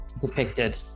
depicted